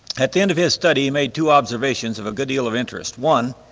at the end of his study he made two observations of a good deal of interest. one,